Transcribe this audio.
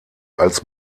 als